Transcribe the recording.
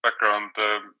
background